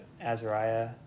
Azariah